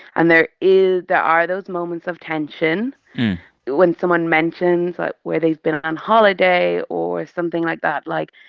and there is there are those moments of tension when someone mentions where they've been on holiday or something like that, like,